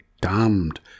damned